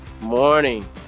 Morning